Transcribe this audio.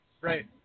Right